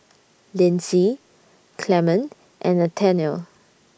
Lyndsey Clemente and Nathaniel